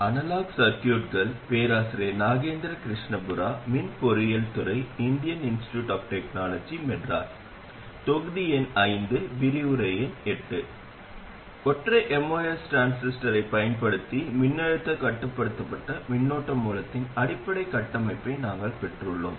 ஒற்றை MOS டிரான்சிஸ்டரைப் பயன்படுத்தி மின்னழுத்தக் கட்டுப்படுத்தப்பட்ட மின்னோட்ட மூலத்தின் அடிப்படை கட்டமைப்பை நாங்கள் பெற்றுள்ளோம்